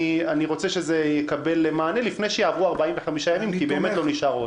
אני רוצה שזה יקבל מענה לפני שיעברו 45 ימים כי באמת לא נשאר עוד